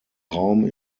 raum